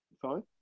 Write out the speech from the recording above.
Sorry